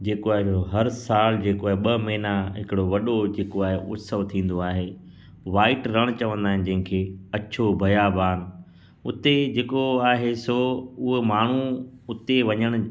जेको आहे उहो हर साल जेको आहे ॿ महिना हिकिड़ो वॾो जेको आहे उत्सव थींदो आहे व्हाइट रण चवंदा आहिनि जंहिं खे अछो बयाबान उते जेको आहे सो उहो माण्हू उते वञणु